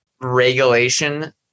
regulation